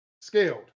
scaled